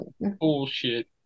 Bullshit